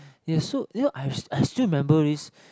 it suit you know I I still remember this